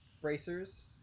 bracers